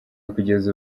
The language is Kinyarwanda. kugeza